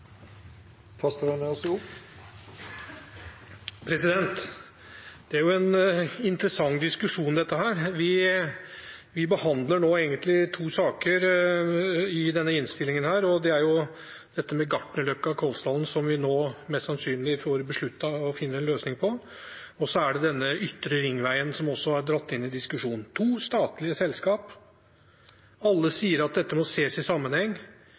Det er en interessant diskusjon, dette. Vi behandler nå egentlig to saker i denne innstillingen: Det er Gartnerløkka–Kolsdalen, som vi nå mest sannsynlig får besluttet å finne en løsning på, og så er det denne ytre ringveien, som også er dratt inn i diskusjonen. To statlige selskap – alle sier at dette må ses i sammenheng.